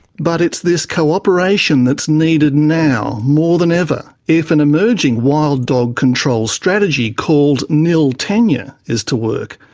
but it's this co-operation that's needed now, more than ever, if an emerging wild dog control strategy called nil tenure is to work.